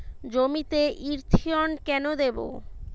জমিতে ইরথিয়ন কেন দেবো?